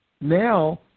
Now